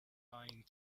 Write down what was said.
lying